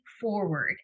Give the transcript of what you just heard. forward